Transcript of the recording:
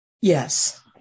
Yes